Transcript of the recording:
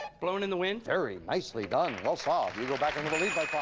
blowin' in the wind. very nicely done. well solved. you go back into the lead by